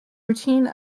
routine